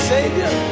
Savior